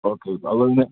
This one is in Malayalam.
ഓക്കെ അതുപോലെ തന്നെ